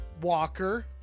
Walker